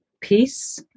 peace